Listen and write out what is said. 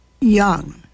young